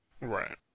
right